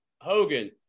Hogan